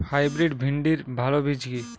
Hybrid ভিন্ডির ভালো বীজ কি?